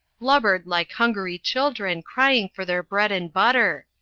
blubbered like hungry children crying for their bread and butter!